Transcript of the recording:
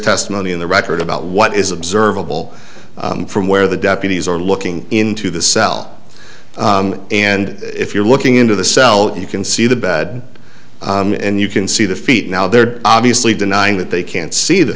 testimony in the record about what is observable from where the deputies are looking into the cell and if you're looking into the cell you can see the bed and you can see the feet now there are obviously denying that they can't see the